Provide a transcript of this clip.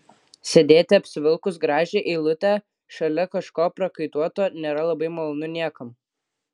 sėdėti apsivilkus gražią eilutę šalia kažko prakaituoto nėra labai malonu niekam